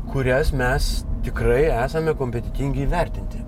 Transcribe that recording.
kurias mes tikrai esame kompetentingi įvertinti